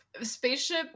spaceship